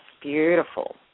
Beautiful